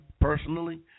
personally